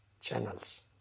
channels